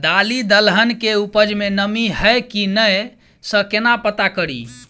दालि दलहन केँ उपज मे नमी हय की नै सँ केना पत्ता कड़ी?